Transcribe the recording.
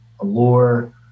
allure